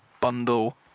bundle